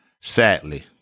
Sadly